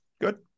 good